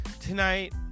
Tonight